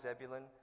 Zebulun